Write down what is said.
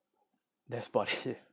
that's about it